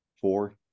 four